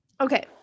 Okay